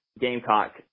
Gamecock